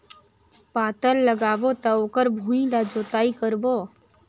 पातल लगाबो त ओकर भुईं ला जोतई करबो?